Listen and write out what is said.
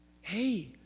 hey